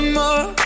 more